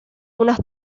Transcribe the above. unas